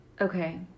Okay